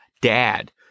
dad